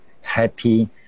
happy